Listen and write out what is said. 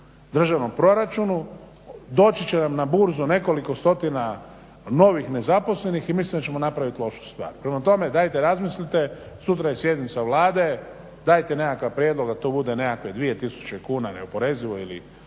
državnom proračunu, doći će nam na burzu nekoliko stotina novih nezaposlenih i mislim da ćemo napraviti lošu stvar. Prema tome, dajte razmislite, sutra je sjednica Vlade, dajte nekakav prijedlog da to bude nekakve 2000 kuna neoporezivo ili